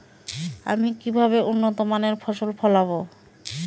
আমি কিভাবে উন্নত মানের ফসল ফলাব?